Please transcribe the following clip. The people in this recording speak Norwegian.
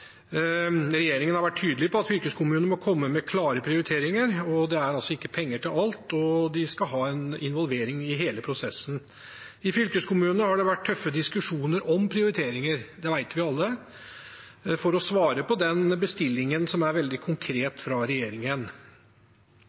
Regjeringen har vært tydelig på at fylkeskommunene må komme med klare prioriteringer. Det er altså ikke penger til alt, og de skal ha en involvering i hele prosessen. I fylkeskommunene har det vært tøffe diskusjoner om prioriteringer – det vet vi alle – for å svare på den bestillingen som er veldig konkret fra regjeringen.